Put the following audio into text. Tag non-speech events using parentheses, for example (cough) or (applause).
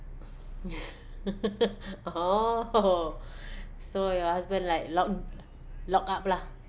(laughs) oh (breath) so your husband like lock locked up lah